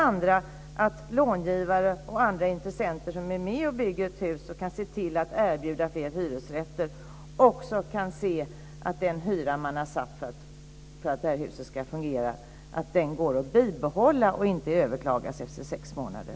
Vidare måste långivare och andra intressenter som är med och bygger hus för att erbjuda fler hyresrätter kunna se att den hyra som har satts för att kalkylen för huset ska fungera kan bibehållas och inte överklagas efter sex månader.